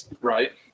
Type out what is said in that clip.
Right